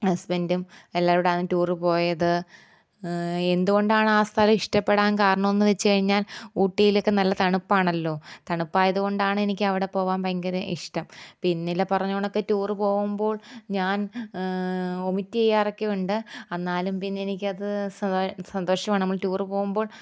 ഹസ്ബൻ്റും എല്ലാവരും കൂടിയാണ് ടൂർ പോയത് എന്തുകൊണ്ടാണ് ആ സ്ഥലം ഇഷ്ടപ്പെടാൻ കാരണം എന്നു വച്ച് കഴിഞ്ഞാൽ ഊട്ടിയിലൊക്കെ നല്ല തണുപ്പാണല്ലോ തണുപ്പായതുകൊണ്ടാണ് എനിക്കവിടെ പോവാൻ ഭയങ്കര ഇഷ്ടം പിന്നെ ഇതിൽ പറഞ്ഞ കണക്ക് ടൂർ പോവുമ്പോൾ ഞാൻ വൊമിറ്റ് ചെയ്യാറൊക്കെയുണ്ട് എന്നാലും പിന്നെ എനിക്കത് സന്തോഷമാണ് നമ്മൾ ടൂർ പോകുമ്പോൾ